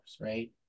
right